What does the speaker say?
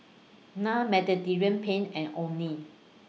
Naan Mediterranean Penne and Only